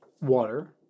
water